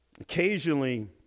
Occasionally